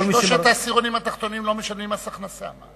שלושת העשירונים התחתונים לא משלמים מס הכנסה.